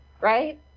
right